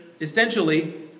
essentially